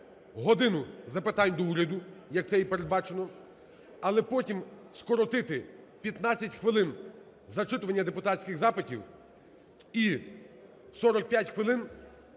"годину запитань до Уряду", як це і передбачено, але потім скоротити 15 хвилин зачитування депутатських запитів і 45 хвилин